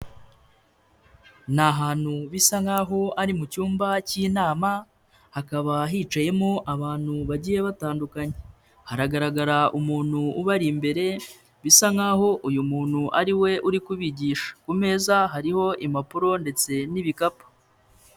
Ni ahantu bisa nkaho ari mu cyumba cy'inama hakaba hicayemo abantu bagiye batandukanye, haragaragara umuntu ubari imbere bisa nkaho uyu muntu ariwe uri kubigisha, ku meza hariho impapuro ndetse n'ibikapu.